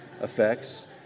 effects